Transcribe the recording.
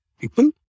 people